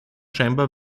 scheinbar